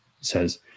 says